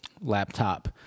laptop